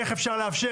איך אפשר לאפשר,